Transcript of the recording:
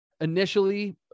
initially